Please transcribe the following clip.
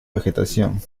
vegetación